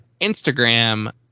Instagram